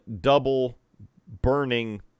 double-burning